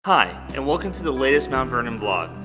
hi, and welcome to the latest mount vernon blog.